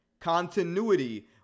continuity